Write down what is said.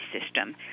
system